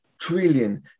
trillion